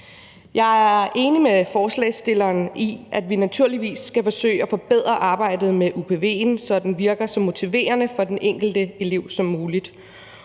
Jeg er enig med forslagsstilleren i, at vi naturligvis skal forsøge at forbedre arbejdet med UPV'en, så den virker så motiverende for den enkelte elev som muligt.